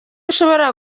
ushobora